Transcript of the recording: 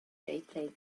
played